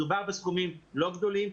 מדובר בסכומים לא גדולים.